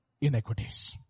inequities